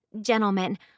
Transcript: gentlemen